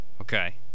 Okay